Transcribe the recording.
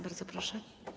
Bardzo proszę.